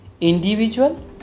individual